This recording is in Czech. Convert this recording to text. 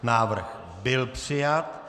Návrh byl přijat.